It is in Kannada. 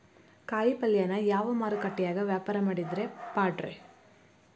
ಕಾಯಿಪಲ್ಯನ ಯಾವ ಮಾರುಕಟ್ಯಾಗ ವ್ಯಾಪಾರ ಮಾಡಿದ್ರ ಪಾಡ್ರೇ?